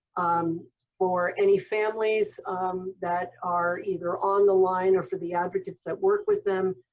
um for any families that are either on the line or for the advocates that work with them,